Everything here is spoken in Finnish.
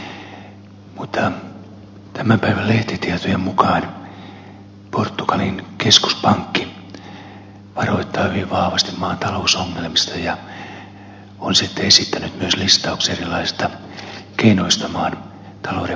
tämän päivän lehtitietojen mukaan portugalin keskuspankki varoittaa hyvin vahvasti maan talousongelmista ja on esittänyt myös listauksen erilaisista keinoista maan talouden vakauttamiseksi